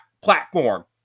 platform